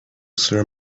sir